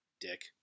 Dick